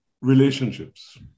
Relationships